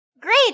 Great